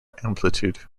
amplitude